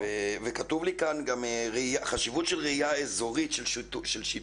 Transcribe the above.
כתוב לי כאן גם חשיבות של ראייה אזורית של שיתוף.